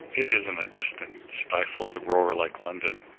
it isn't a distant, stifled roar like london.